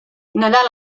nadal